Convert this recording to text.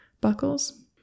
buckles